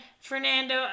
Fernando